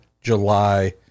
July